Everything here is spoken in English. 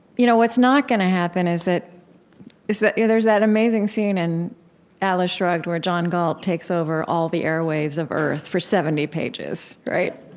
you know what's not gonna happen is that is that yeah there's that amazing scene in atlas shrugged where john galt takes over all the airwaves of earth for seventy pages.